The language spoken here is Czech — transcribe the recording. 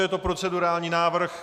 Je to procedurální návrh.